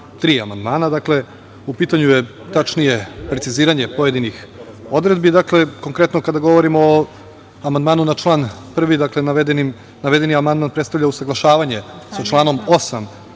amandmana. Dakle, u pitanju je tačnije preciziranje pojedinih odredbi. Konkretno, kada govorimo o amandmanu na član 1. dakle, navedeni amandman predstavlja usaglašavanje sa članom 8.